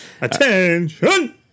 Attention